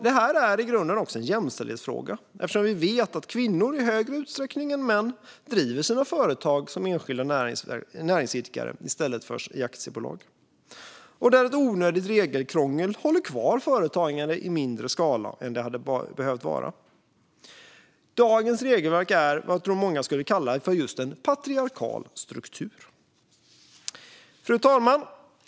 Det här är i grunden också en jämställdhetsfråga, eftersom vi vet att kvinnor i högre utsträckning än män driver sina företag som enskilda näringsidkare i stället för i aktiebolag. Ett onödigt regelkrångel håller alltså kvar företagandet i mindre skala än det hade behövt vara. Dagens regelverk är just vad jag tror att många skulle kalla för en patriarkal struktur. Fru talman!